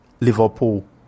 Liverpool